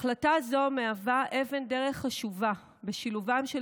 החלטה זו מהווה אבן דרך חשובה בשילובם של